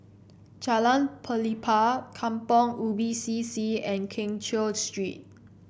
Jalan Pelepah Kampong Ubi C C and Keng Cheow Street